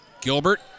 Gilbert